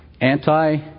Anti